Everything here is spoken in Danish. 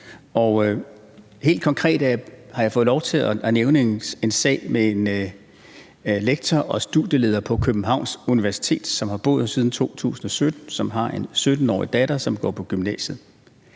Helt konkret har jeg fået lov til at nævne en sag med en lektor og studieleder på Københavns Universitet, som har boet her siden 2017, og som har en 17-årig datter, som går på gymnasiet.